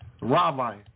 rabbi